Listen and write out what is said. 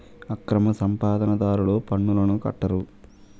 అక్రమ సంపాదన దారులు పన్నులను కట్టరు